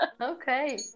okay